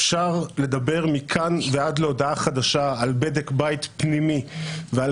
אפשר לדבר מכאן ועד להודעה חדשה על בדק בית פנימי ועל